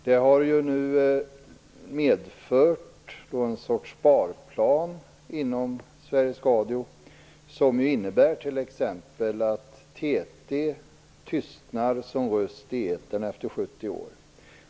Det har medfört en sorts sparplan inom Sveriges Radio som innebär att t.ex. TT tystnar som röst i etern efter 70 år.